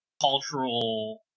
cultural